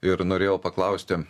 ir norėjau paklausti